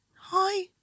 hi